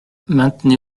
maintenez